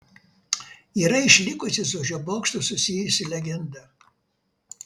yra išlikusi su šiuo bokštu susijusi legenda